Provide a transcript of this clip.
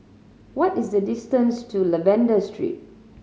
what is the distance to Lavender Street